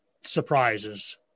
surprises